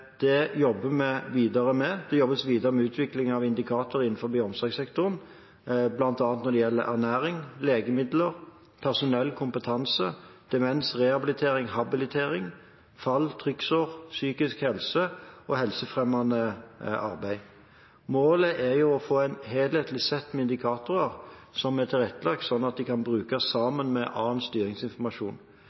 Det jobber vi videre med. Det jobbes videre med utvikling av indikatorer innenfor omsorgssektoren bl.a. når det gjelder ernæring, legemidler, personell, kompetanse, demens, rehabilitering, habilitering, fall, trykksår, psykisk helse og helsefremmende arbeid. Målet er å få et helhetlig sett med indikatorer som er tilrettelagt, slik at de kan brukes sammen med annen styringsinformasjon.